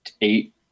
eight